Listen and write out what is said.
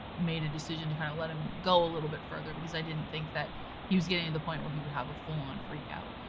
made a decision to kind of let him go a little bit further because i didn't think he was getting to the point where he would have a full-on freak-out.